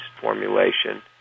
formulation